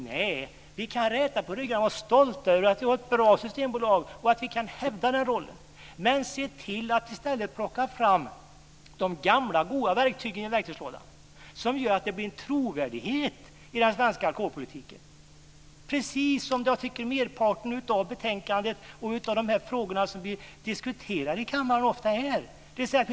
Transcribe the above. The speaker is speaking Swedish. Nej, vi kan räta på ryggarna och vara stolta över att vi har ett bra systembolag och att vi kan hävda den rollen. Men se till att i stället plocka fram de gamla goda verktygen i verktygslådan, som gör att det blir en trovärdighet i den svenska alkoholpolitiken! Jag tycker också att merparten av betänkandet och de frågor som vi diskuterar i kammaren ofta är trovärdiga.